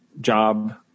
job